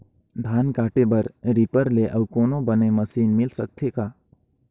धान काटे बर रीपर ले अउ कोनो बने मशीन मिल सकथे का?